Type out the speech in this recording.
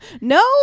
no